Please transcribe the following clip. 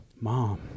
Mom